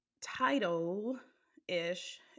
title-ish